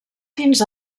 fins